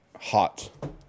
Hot